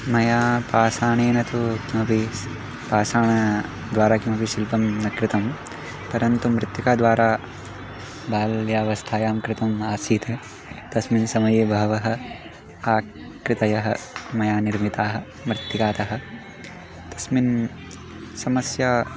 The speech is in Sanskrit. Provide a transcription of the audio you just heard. मया पाषाणेन तु किमपि पाषाणद्वारा किमपि शिल्पं न कृतं परन्तु मृत्तिकाद्वारा बाल्यावस्थायां कृतम् आसीत् तस्मिन् समये बहवः आकृतयः मया निर्मिताः मृत्तिकातः तस्मिन् समस्या